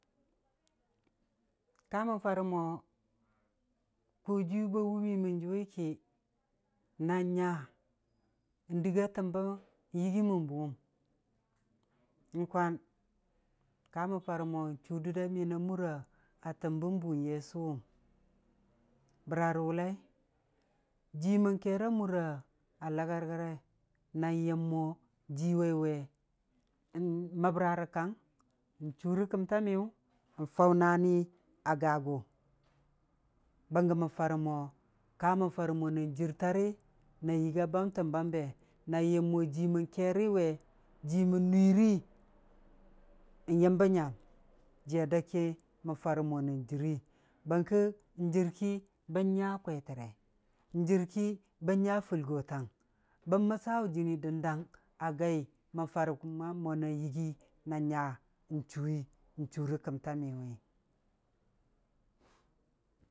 Kamən faurə mo koojiiyu ba wuminən jʊwi ki na nya dɨga təmbən dɨgiimən bə wʊm, n'kwam karmən farə mon chuu dudda miyən a mura təm bən buu yesʊwʊm, bəra və wʊllai? Jiiwʊ mən keera mura lagərgərai, na yəm mo jii waiwe n'məbra və kang, n'chuu rə kəmta miyu, n'faʊ naani a gagʊ, bənggə mən farə mo, kamən fara mo jɨr tari na yɨgga bam təm bambe, na yəm mo jii mən keeri we, jii mən nuiirii, n'yəmbə nyam, jiiya dəg ki mən farə mo na jɨrrii, bərkə njɨr ki bən nya kwetərei, n'jɨr ki bən nya kulgotang, bən məssa wʊ jɨnii dəndang a gai mən farə kuma na chuwi rə kəmta miyʊwi.